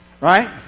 Right